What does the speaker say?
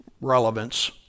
relevance